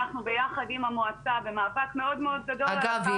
אנחנו ביחד עם המועצה במאבק מאוד מאוד גדול --- אגב,